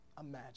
imagine